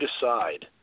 decide